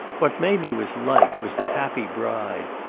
what mamie was like was the happy bride,